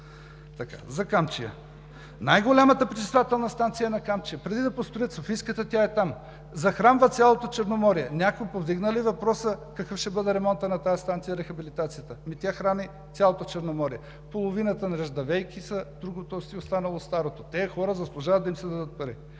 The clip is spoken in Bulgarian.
За „Камчия“. Най-голямата пречиствателна станция на Камчия. Преди да построят Софийската, тя е там. Захранва цялото Черноморие. Някой повдигна ли въпроса какъв ще бъде ремонтът, рехабилитацията на тази станция? Ами тя храни цялото Черноморие. Половината са неръждавейки, другото си е останало старото. Тези хора заслужават да им се дадат пари.